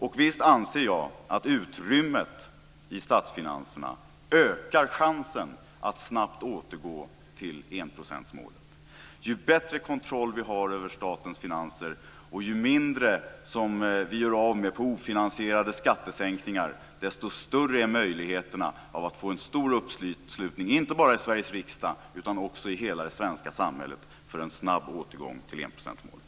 Och visst anser jag att utrymmet i statsfinanserna ökar chansen att snabbt återgå till enprocentsmålet. Ju bättre kontroll vi har över statens finanser, och ju mindre vi gör av med på ofinansierade skattesänkningar, desto större är möjligheterna att få en stor uppslutning inte bara i Sveriges riksdag utan också i hela det svenska samhället för en snabb återgång till enprocentsmålet.